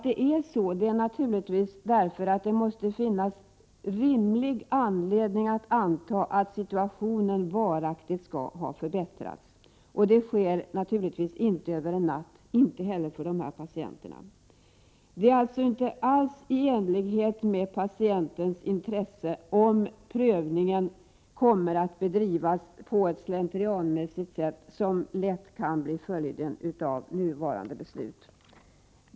Det beror på att det måste finnas rimlig anledning att anta att situationen varaktigt har förändrats. Det sker naturligtvis inte över en natt, inte heller för dessa patienter. Det ligger alltså inte alls i patientens intresse om prövningen kommer att bedrivas på ett slentrianmässigt sätt, vilket lätt kan bli fallet till följd av det här beslutet.